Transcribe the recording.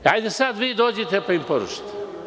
Hajde sad vi dođite pa im porušite.